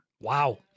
Wow